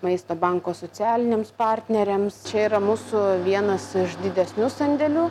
maisto banko socialiniams partneriams čia yra mūsų vienas iš didesnių sandėlių